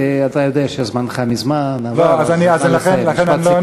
אתה יודע שזמנך מזמן עבר, אז נא לסיים.